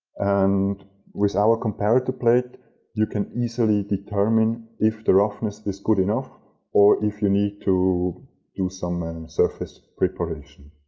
and with our comparative plate you can easily determine if the roughness is good enough or if you need to do some and surface preparation.